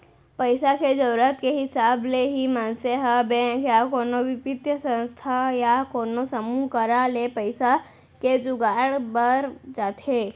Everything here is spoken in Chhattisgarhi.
पइसा के जरुरत के हिसाब ले ही मनसे ह बेंक या कोनो बित्तीय संस्था या कोनो समूह करा ले पइसा के जुगाड़ बर जाथे